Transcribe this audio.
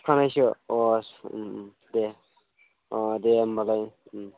सुखानायसो अ गासैबो दे अ दे होमब्लालाय